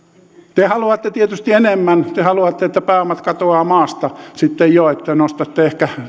te haluatte tietysti enemmän te haluatte että pääomat katoavat maasta te nostatte ehkä